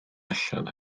allan